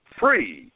free